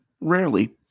Rarely